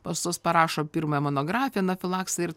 pas tuos parašo pirmąją monografiją anafilaksija ir